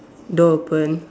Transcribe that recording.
door open